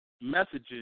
messages